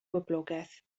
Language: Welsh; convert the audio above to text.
boblogaeth